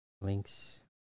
Links